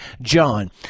John